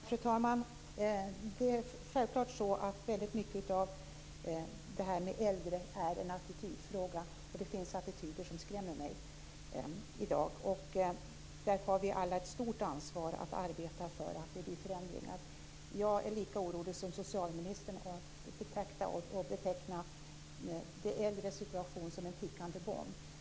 Fru talman! Självklart är mycket av detta en attitydfråga. Och det finns attityder när det gäller äldre i dag som skrämmer mig. Vi har alla ett stort ansvar att arbeta för att det blir förändringar. Jag är lika orolig som socialministern i fråga om att beteckna de äldres situation som en tickande bomb.